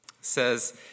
says